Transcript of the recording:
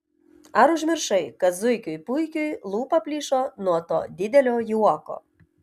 ar užmiršai kad zuikiui puikiui lūpa plyšo nuo to didelio juoko